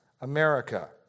America